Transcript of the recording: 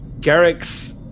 Garrick's